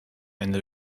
ende